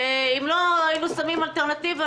ואם לא היינו שמים אלטרנטיבה,